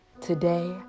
Today